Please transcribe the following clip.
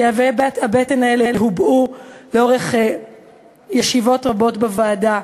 כאבי הבטן האלה הובעו לאורך ישיבות רבות בוועדה,